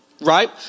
right